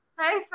Hey